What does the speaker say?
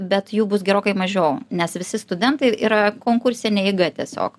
bet jų bus gerokai mažiau nes visi studentai yra konkursine eiga tiesiog